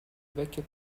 vecchio